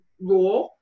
raw